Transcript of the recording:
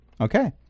Okay